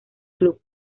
club